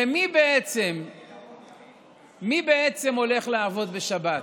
ומי בעצם הולך לעבוד בשבת,